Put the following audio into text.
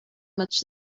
much